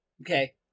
Okay